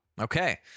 Okay